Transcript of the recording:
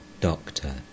Doctor